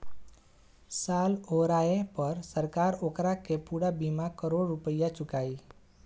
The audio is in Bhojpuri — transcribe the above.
साल ओराये पर सरकार ओकारा के पूरा बीस करोड़ रुपइया चुकाई